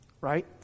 right